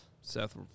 Seth